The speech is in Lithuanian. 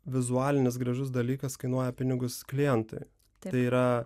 vizualinis gražus dalykas kainuoja pinigus klientui tai yra